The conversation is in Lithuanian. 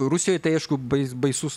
rusijai tai aišku bai baisus